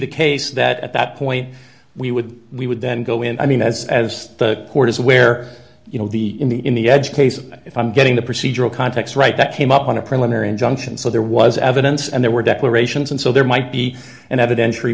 the case that at that point we would we would then go in i mean as as the court is aware you know the in the in the edge case if i'm getting the procedural context right that came up on a preliminary injunction so there was evidence and there were declarations and so there might be an evident